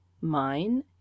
Mine